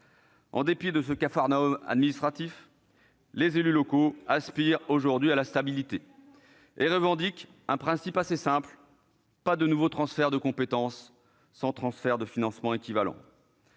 En dépit de ce capharnaüm administratif, les élus locaux aspirent aujourd'hui à la stabilité et revendiquent un principe assez simple : pas de nouveau transfert de compétences sans transfert de financement équivalent.